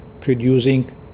producing